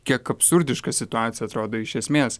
kiek absurdiška situacija atrodo iš esmės